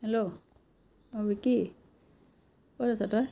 hello অঁ বিকি ক'ত আছ তই